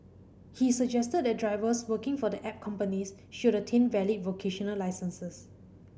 he suggested that drivers working for the app companies should attain valid vocational licences